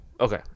Okay